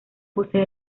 posee